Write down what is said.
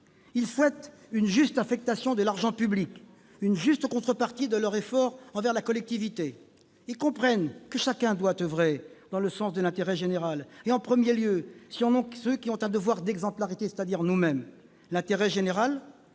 Ils souhaitent une juste affectation de l'argent public, une juste contrepartie de leurs efforts envers la collectivité. Ils comprennent que chacun doit oeuvrer dans le sens de l'intérêt général, à commencer par ceux qui ont un devoir d'exemplarité, c'est-à-dire nous-mêmes. L'intérêt général